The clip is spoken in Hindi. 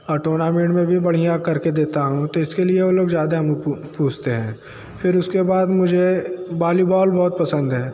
और टूर्नामेंट में भी बढ़िया कर के देता हूँ तो इसके लिए वो लोग ज़्यादा पूछते हैं फिर उसके बाद मुझे बॉलीबॉल बहुत पसंद है